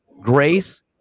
Grace